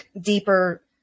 Deeper